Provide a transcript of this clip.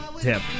tip